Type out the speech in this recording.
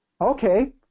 Okay